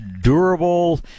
durable